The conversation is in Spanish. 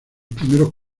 primeros